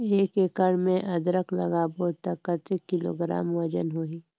एक एकड़ मे अदरक लगाबो त कतेक किलोग्राम वजन होही?